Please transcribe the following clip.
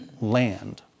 land